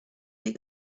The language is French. les